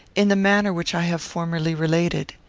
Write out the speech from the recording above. in the manner which i have formerly related.